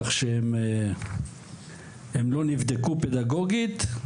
כך שהם לא נבדקו פדגוגית.